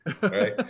right